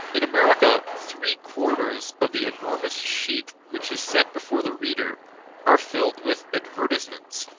in america three-quarters of the enormous sheet which is set before the reader are filled with advertisements,